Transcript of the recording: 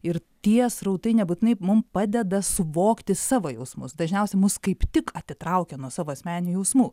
ir tie srautai nebūtinai mum padeda suvokti savo jausmus dažniausiai mūsų kaip tik atitraukia nuo savo asmeninių jausmų